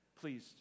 please